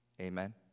Amen